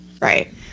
right